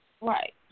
Right